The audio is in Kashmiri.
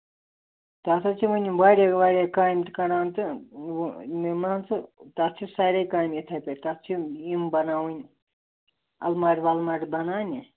تَتھ حظ چھِ وۅنۍ واریاہ واریاہ کامہِ تہِ کران تہٕ یِم حظ چھِ تَتھ چھِ ساریےٚ کامہِ یِتھٕے پٲٹھۍ تَتھ چھِ یِم بَناوٕنۍ اَلمارِ وَلمارِ بَناونہِ